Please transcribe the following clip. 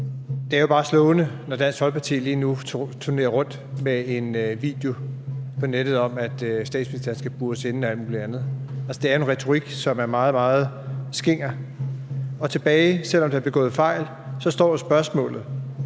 Det er jo bare slående, når Dansk Folkeparti lige nu turnerer rundt med en video på nettet om, at statsministeren skal bures inde og alt muligt andet. Altså, det er en retorik, som er meget, meget skinger. Tilbage står et spørgsmål, selv om der er begået